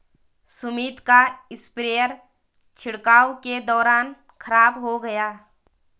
सुमित का स्प्रेयर छिड़काव के दौरान खराब हो गया